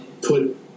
put